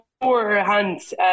beforehand